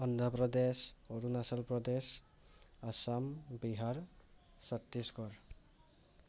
Andhra Pradesh Arunachal Pradesh Assam Bihar Chhattisgarh